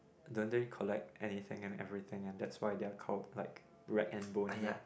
don't they collect anything and everything and that's why they are called like rag and bone man